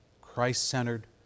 Christ-centered